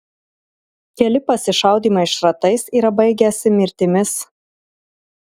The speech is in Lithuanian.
keli pasišaudymai šratais yra baigęsi mirtimis